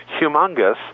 Humongous